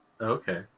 Okay